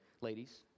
ladies